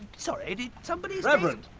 sorry, did somebody reverend.